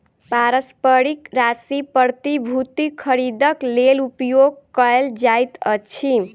पारस्परिक राशि प्रतिभूतिक खरीदक लेल उपयोग कयल जाइत अछि